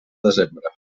desembre